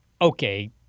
Okay